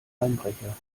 einbrecher